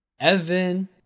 Evan